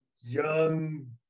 young